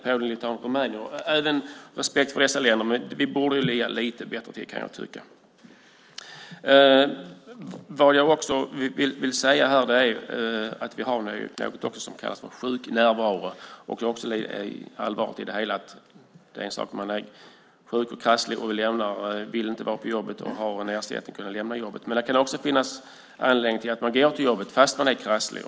Jag har respekt för dessa länder, men vi borde ligga lite bättre till, kan jag tycka. Vad jag också vill säga är att vi numera har något som kallas för sjuknärvaro, och det är allvarligt. Det är en sak att man är sjuk och krasslig och inte vill vara på jobbet och får en ersättning. Men det kan också finnas en anledning till att man går till jobbet fastän man är krasslig.